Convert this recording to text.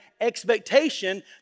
expectation